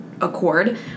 accord